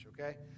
okay